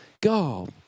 Go